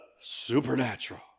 supernatural